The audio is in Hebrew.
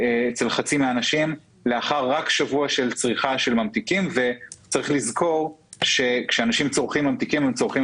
צריך לזכור שכאשר אנשים צורכים ממתיקים הם צורכים